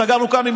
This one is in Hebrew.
סגרנו כאן עם